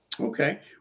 Okay